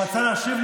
ליצמן,